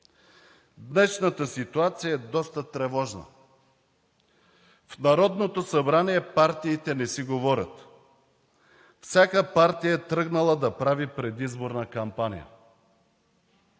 Днешната ситуация е доста тревожна. В Народното събрание партиите не си говорят. Всяка партия е тръгнала да прави предизборна кампания.